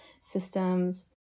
systems